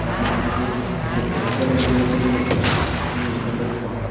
അതാണ് ഞാനിപ്പോൾ എൻ്റെ നീന്തല് അനുഭവത്തിൽ നിന്ന് പഠിച്ച ഒരു അല്ലെങ്കിൽ ഉൾക്കൊണ്ട ഒരു പാഠം